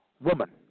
woman